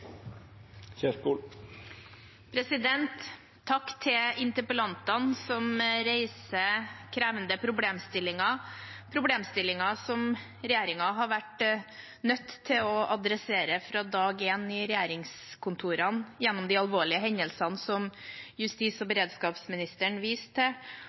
Takk til interpellantene, som reiser krevende problemstillinger – problemstillinger regjeringen har vært nødt til å adressere fra dag én i regjeringskontorene gjennom de alvorlige hendelsene som justis- og beredskapsministeren viste til,